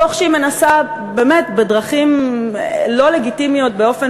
תוך שהיא מנסה בדרכים לא לגיטימיות באופן